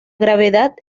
gravedad